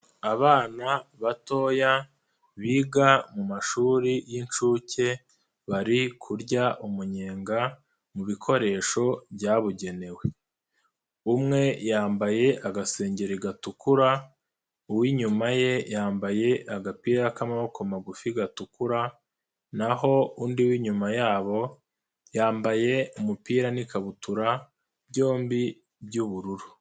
Abana batoya biga mu mashuri y'inshuke bari kurya umunyenga mu bikoresho byabugenewe. Umwe yambaye agasengeri gatukura, uw'inyuma ye yambaye agapira k'amaboko magufi gatukura naho undi w'inyuma yabo yambaye umupira n'ikabutura byombi by'ubururu.